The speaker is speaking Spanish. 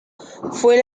fue